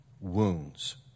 wounds